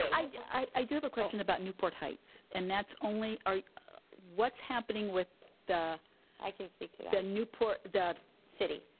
i i do have a question about newport heights. and that's only what's happening with the i can speak to that. the newport, the city.